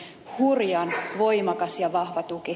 eli hurjan voimakas ja vahva tuki